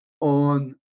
on